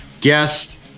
guest